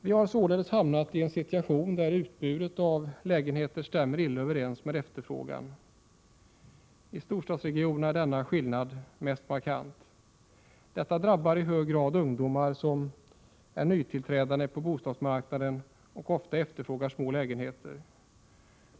Vi har således hamnat i en situation där utbudet av lägenheter stämmer illa överens med efterfrågan. I storstadsregionerna är denna skillnad mest markant. Detta drabbar i hög grad ungdomar som är nytillträdande på bostadsmarknaden och ofta efterfrågar små lägenheter.